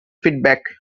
feedback